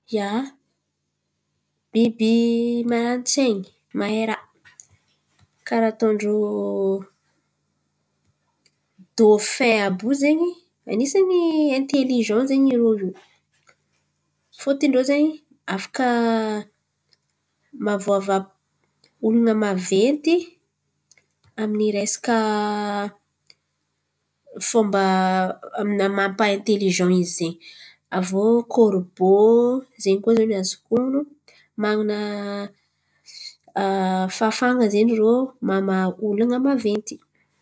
Biby marani-tsain̈y mahay raha karà ataon-drô Dofin àby io zen̈y. An̈isany aiteliza zen̈y irô fôtiny afaka mavoa vava olan̈a maventy amin’ny resaka fomba mampa aiteliza izy zen̈y. Aviô korobô manan̈a fahafan̈a zen̈y rô mamaha olan̈a maventy.